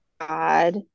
God